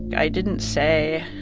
i didn't say